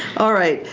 alright.